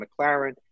McLaren